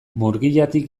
murgiatik